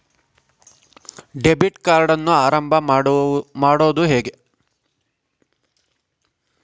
Debit ಕಾರ್ಡನ್ನು ಆರಂಭ ಮಾಡೋದು ಹೇಗೆ?